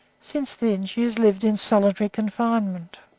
since then she has lived in solitary confinement.